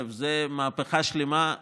זאת מהפכה שלמה.